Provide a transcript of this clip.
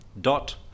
dot